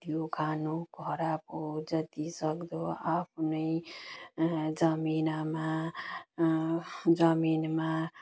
यो खानु खराब हो जति सक्दो आफ्नै जमिनमा जमिनमा